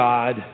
God